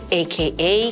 aka